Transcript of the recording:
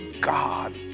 God